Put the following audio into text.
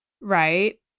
Right